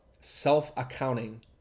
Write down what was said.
self-accounting